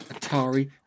Atari